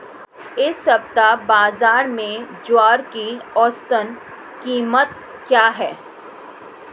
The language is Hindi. इस सप्ताह बाज़ार में ज्वार की औसतन कीमत क्या रहेगी?